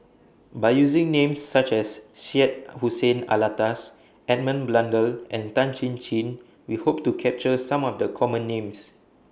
By using Names such as Syed Hussein Alatas Edmund Blundell and Tan Chin Chin We Hope to capture Some of The Common Names